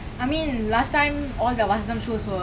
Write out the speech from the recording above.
I mean last time all the vasantham shows were